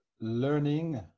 learning